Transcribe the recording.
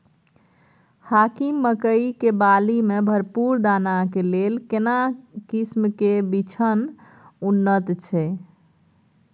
हाकीम मकई के बाली में भरपूर दाना के लेल केना किस्म के बिछन उन्नत छैय?